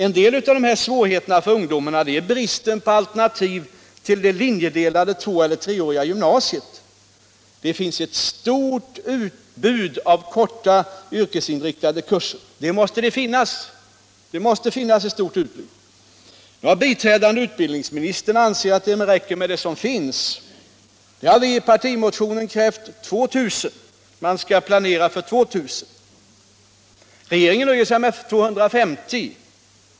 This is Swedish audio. En del av svårigheterna för ungdomarna består i bristen på alternativ till det linjedelade två eller treåriga gymnasiet. Det finns ett stort utbud av korta yrkesinriktade kurser. Sådana måste det finnas. Biträdande utbildningsministern anser att det räcker med dem som finns. Vi har i vår partimotion krävt att man skall planera för 2 000, regeringen nöjer sig med 250.